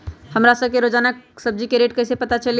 हमरा सब के रोजान सब्जी के रेट कईसे पता चली?